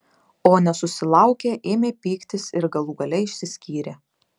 o nesusilaukę ėmė pyktis ir galų gale išsiskyrė